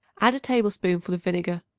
add a tablespoonful of vinegar.